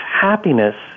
happiness